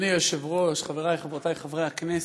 אדוני היושב-ראש, חברי וחברותי חברי הכנסת,